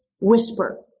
whisper